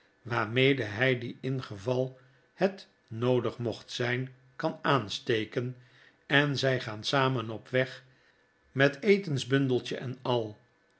waarmede hy dien ingeval het noodig mocht zyn kan aansteken en zrj gaan samen op weg met etensbundeltje en al